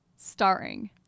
Starring